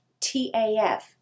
TAF